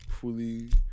fully